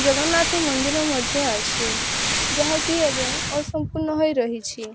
ଜଗନ୍ନାଥ ମନ୍ଦିର ମଧ୍ୟ ଅଛି ଯାହାକି ଏବେ ଅସମ୍ପୂର୍ଣ୍ଣ ହେଇ ରହିଛି